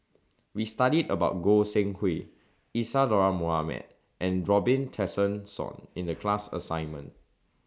We studied about Goi Seng Hui Isadhora Mohamed and Robin Tessensohn in The class assignment